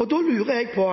Da lurer jeg på: